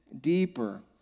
deeper